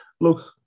look